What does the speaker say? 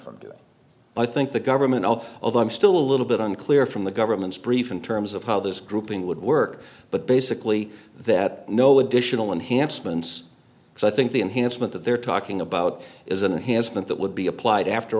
from doing i think the government of i'm still a little bit unclear from the government's brief in terms of how this grouping would work but basically that no additional enhanced ment's so i think the enhancement that they're talking about is an enhanced meant that would be applied after